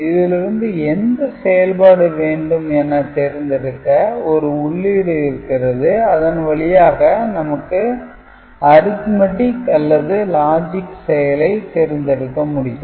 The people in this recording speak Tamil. இதிலிருந்து எந்த செயல்பாடு வேண்டும் என தேர்ந்தெடுக்க ஒரு உள்ளீடு இருக்கிறது அதன் வழியாக நமக்கு Arithmetic அல்லது logic செயலை தேர்ந்தெடுக்க முடியும்